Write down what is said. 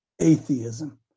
atheism